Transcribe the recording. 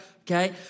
okay